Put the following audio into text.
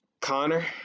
Connor